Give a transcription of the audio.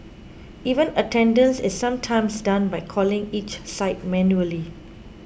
even attendance is sometimes done by calling each site manually